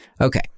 Okay